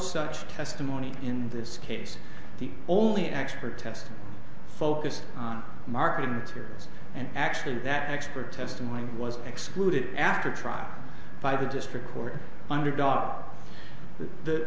such testimony in this case the only expert test focused on marketing materials and actually that expert testimony was excluded after trial by the district court underdog